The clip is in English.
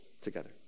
together